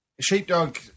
Sheepdog